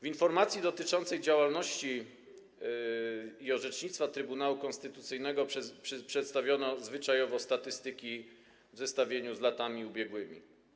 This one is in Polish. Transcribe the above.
W informacji dotyczącej działalności i orzecznictwa Trybunału Konstytucyjnego zwyczajowo przedstawiono statystyki w zestawieniu z latami ubiegłymi.